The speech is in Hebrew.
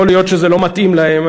יכול להיות שזה לא מתאים להם.